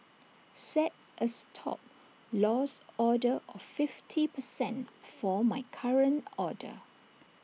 set A Stop Loss order of fifty percent for my current order